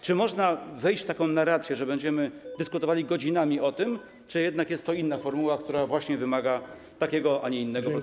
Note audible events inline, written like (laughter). Czy można wejść w taką narrację, że (noise) będziemy dyskutowali godzinami o tym, czy jednak jest to inna formuła, która właśnie wymaga takiego, a nie innego procedowania?